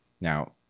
Now